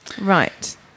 Right